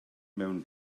mewn